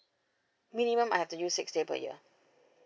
minimum I have to use six day per year